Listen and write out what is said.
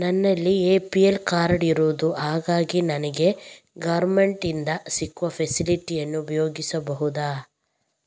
ನನ್ನಲ್ಲಿ APL card ಇರುದು ಹಾಗಾಗಿ ನನಗೆ ಗವರ್ನಮೆಂಟ್ ಇಂದ ಸಿಗುವ ಫೆಸಿಲಿಟಿ ಅನ್ನು ಉಪಯೋಗಿಸಬಹುದಾ?